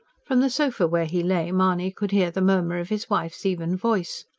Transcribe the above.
from the sofa where he lay, mahony could hear the murmur of his wife's even voice.